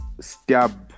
stab